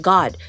God